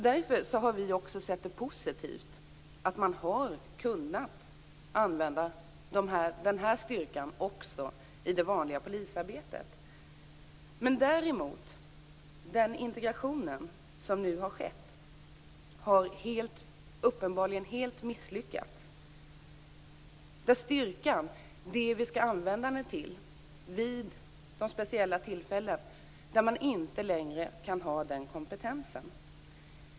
Därför har vi sett det som positivt att man har kunnat använda den här styrkan också i det vanliga polisarbetet. Däremot har uppenbarligen den integration som nu har skett helt misslyckats. Vid de speciella tillfällen då vi skall använda styrkan kan man inte längre ha den här kompetensen.